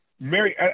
Mary